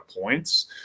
points